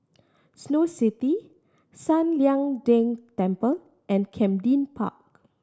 Snow City San Lian Deng Temple and Camden Park